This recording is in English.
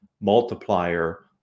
multiplier